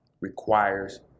requires